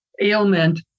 ailment